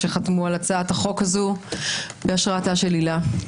שחתמו על הצעת החוק הזאת בהשראתה של הילה.